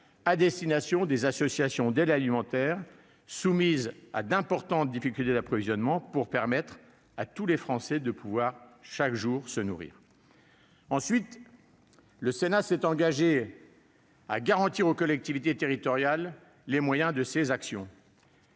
à destination des associations d'aide alimentaire, soumises à d'importantes difficultés d'approvisionnement, pour permettre à tous les Français de se nourrir chaque jour. Ensuite, le Sénat s'est engagé à garantir aux collectivités territoriales les moyens de leur action.